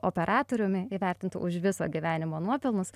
operatoriumi įvertintu už viso gyvenimo nuopelnus